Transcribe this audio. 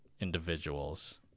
individuals